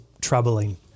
troubling